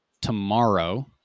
tomorrow